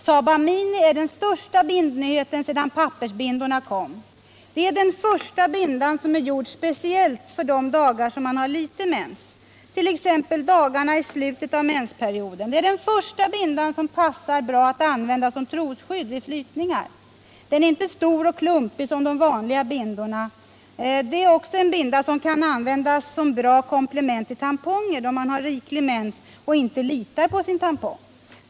Saba Mini är den största bindnyheten sedan pappersbindorna kom. Det är den första bindan som är gjord speciellt för de dagar man har lite mens, t.ex. dagarna i slutet av mensperioden. Det är den första bindan som passar bra att använda som trosskydd vid flytningar. Den är inte stor och klumpig som de vanliga bindorna. Och det är också en binda som kan användas som ett bra komplement till tamponger, då man har riklig mens och inte litar på sin tampong.